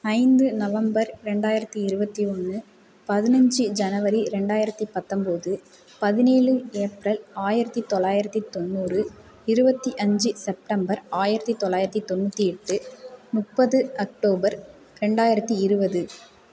ஐந்து நவம்பர் இரண்டாயிரத்து இருபத்தி ஒன்று பதினைஞ்சு ஜனவரி இரண்டாயிரத்து பத்தொம்பது பதினேழு ஏப்ரல் ஆயிரத்து தொள்ளாயிரத்து தொண்ணூறு இருபத்தி அஞ்சு செப்டம்பர் ஆயிரத்து தொள்ளாயிரத்து தொண்ணூற்றி எட்டு முப்பது அக்டோபர் இரண்டாயிரத்து இருபது